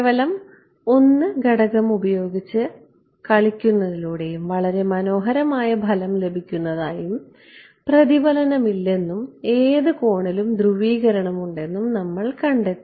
കേവലം 1 ഘടകം ഉപയോഗിച്ച് കളിക്കുന്നതിലൂടെയും വളരെ മനോഹരമായ ഫലം ലഭിക്കുന്നതായും പ്രതിഫലനമില്ലെന്നും ഏത് കോണിലും ധ്രുവീകരണമുണ്ടെന്നും നമ്മൾ കണ്ടെത്തി